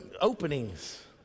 openings